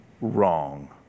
wrong